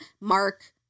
Mark